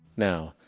now,